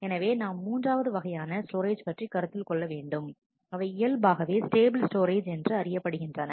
எனவே நாம் மூன்றாவது வகையான ஸ்டோரேஜ் பற்றி கருத்தில் கொள்ள வேண்டும் அவை இயல்பாகவே ஸ்டேபிள் ஸ்டோரேஜ் என்று அறியப்படுகின்றன